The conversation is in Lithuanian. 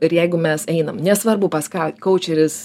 ir jeigu mes einam nesvarbu pas ką kaučeris